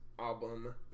album